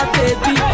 baby